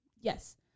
Yes